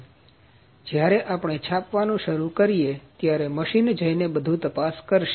હવે જ્યારે આપણે છાપવાનું શરૂ કરીએ ત્યારે મશીન જઈને બધું તપાસ કરશે